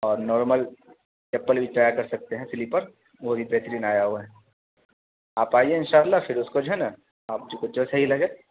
اور نارمل چپل بھی ٹرائی کر سکتے ہیں سلیپر وہ بھی بہترین آیا ہوا ہے آپ آئیے ان شاء اللہ پھر اس کو جو ہے نا آپ کو جو صحیح لگے